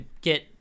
get